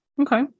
Okay